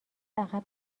عقب